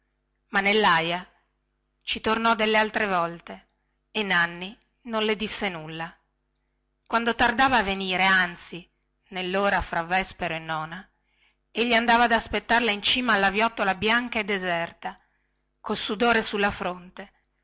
ma nellaia ci tornò delle altre volte e nanni non le disse nulla e quando tardava a venire anzi nellora fra vespero e nona egli andava ad aspettarla in cima alla viottola bianca e deserta col sudore sulla fronte